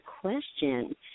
question